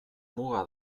muga